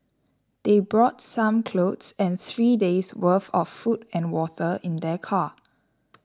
they brought some clothes and three days worth of food and water in their car